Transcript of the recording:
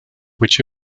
which